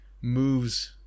moves